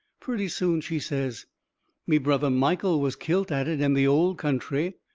purty soon she says me brother michael was kilt at it in the old country.